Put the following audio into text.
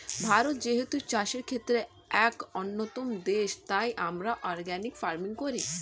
ভারত যেহেতু চাষের ক্ষেত্রে এক অন্যতম দেশ, তাই আমরা অর্গানিক ফার্মিং করি